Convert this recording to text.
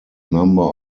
number